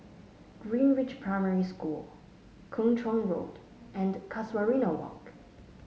Greenridge Primary School Kung Chong Road and Casuarina Walk